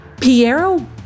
Piero